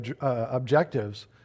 objectives